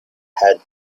had